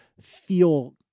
feel